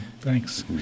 Thanks